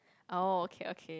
oh okay okay